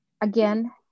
again